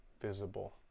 visible